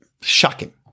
shocking